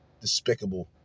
despicable